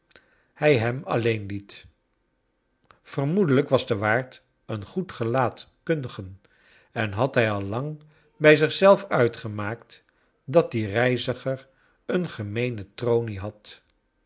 hij hem alleen liet vermoedelijk was de waard een goed gelaatkundige en had hij al lang bij zich zelf uitgemaakt dat die reiziger een gemeene tronie had